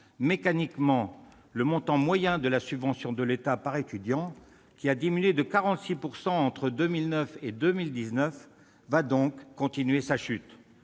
Mécaniquement, le montant moyen de la subvention de l'État par étudiant, qui a diminué de 46 % entre 2009 et 2019, va continuer de chuter.